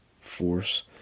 force